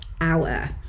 hour